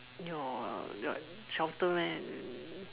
your your shouter man